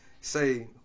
say